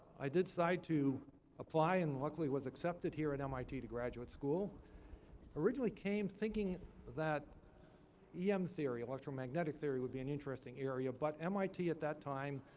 i did decide to apply and, luckily, was accepted here at mit to graduate school. i originally came thinking that yeah em theory, electromagnetic theory would be an interesting area. but mit, at that time,